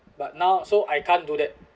but now so I can't do that